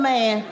Man